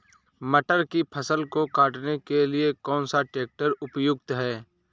मटर की फसल को काटने के लिए कौन सा ट्रैक्टर उपयुक्त है?